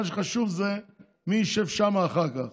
מה שחשוב זה מי ישב שם אחר כך.